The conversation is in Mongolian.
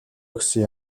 өгсөн